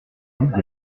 mougon